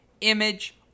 image